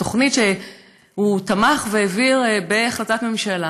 על תוכנית שהוא תמך בה והעביר בהחלטת ממשלה.